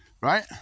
Right